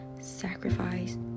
sacrifice